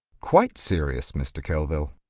quite serious, mr. kelvil.